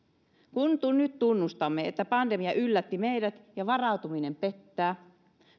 kun nyt tunnustamme että pandemia yllätti meidät ja varautuminen pettää